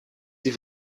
sie